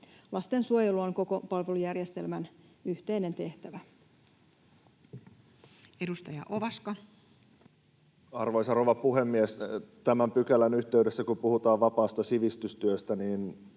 Lastensuojelu on koko palvelujärjestelmän yhteinen tehtävä. Edustaja Ovaska. Arvoisa rouva puhemies! Tämän pykälän yhteydessä, kun puhutaan vapaasta sivistystyöstä,